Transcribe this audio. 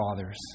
fathers